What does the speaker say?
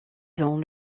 dans